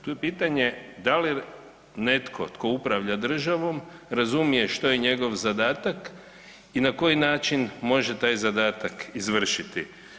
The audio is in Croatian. Tu je pitanje da li netko tko upravlja državom razumije što je njegov zadatak i na koji način može taj zadatak izvršiti.